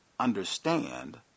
understand